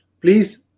Please